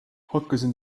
hakkasin